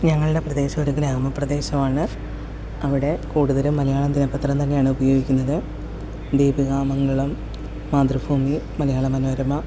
ഞങ്ങളുടെ പ്രദേശം ഒരു ഗ്രാമപ്രദേശം ആണ് അവിടെ കൂടുതലും മലയാളം ദിനപത്രം തന്നെയാണ് ഉപയോഗിക്കുന്നത് ദീപിക മംഗളം മാതൃഭൂമി മലയാള മനോരമ